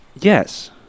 Yes